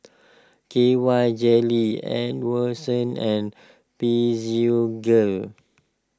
K Y Jelly and Physiogel